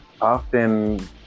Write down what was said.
often